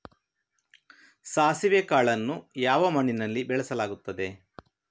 ಸಾಸಿವೆ ಕಾಳನ್ನು ಯಾವ ಮಣ್ಣಿನಲ್ಲಿ ಬೆಳೆಸಲಾಗುತ್ತದೆ?